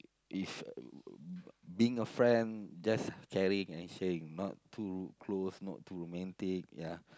it's being a friend just caring and sharing not too close not too romantic ya